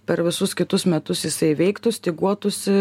per visus kitus metus jisai veiktų styguotųsi